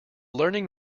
learning